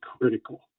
critical